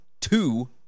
two